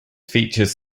features